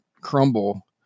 crumble